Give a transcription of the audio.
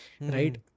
Right